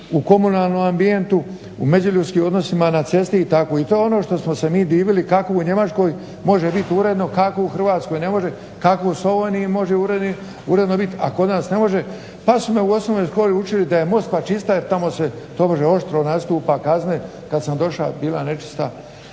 u komunalnom ambijentu, u međuljudskim odnosima na cesti i tako i to je ono što smo se mi divili kako u Njemačkoj može biti uredno, kako u Hrvatskoj ne može, kako u Sloveniji može uredno bit, a kod nas ne može. Pa su me u osnovnoj školi učili da je Moskva čista jer tamo se tobože oštro nastupa kazne, kad sam došao bila je nečista.